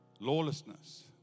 Lawlessness